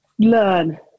learn